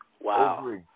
Wow